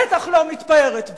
בטח לא מתפארת בו.